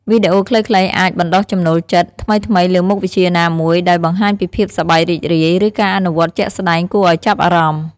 វីដេអូខ្លីៗអាច បណ្ដុះចំណូលចិត្ត ថ្មីៗលើមុខវិជ្ជាណាមួយ ដោយបង្ហាញពីភាពសប្បាយរីករាយ ឬការអនុវត្តជាក់ស្ដែងគួរឲ្យចាប់អារម្មណ៍។